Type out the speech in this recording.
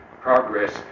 progress